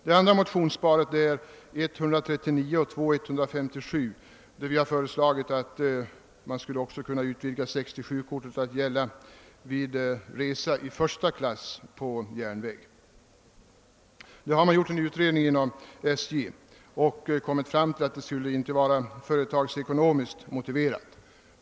Det andra motionsparet är 1: 139 och II: 157 där vi föreslagit att man skulle kunna utvidga 67-kortet att gälla även vid resa i första klass på järnväg. Man har gjort en utredning härom inom SJ och kommit fram till att det inte skulle vara företagsekonomiskt motiverat.